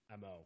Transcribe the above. MO